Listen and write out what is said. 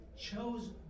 chose